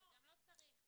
גם לא צריך.